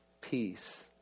peace